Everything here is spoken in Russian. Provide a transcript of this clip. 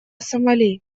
сомали